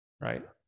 right